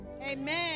Amen